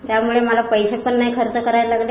त्यामूळे मला पैसे पण नाही खर्च करावे लागले